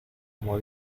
como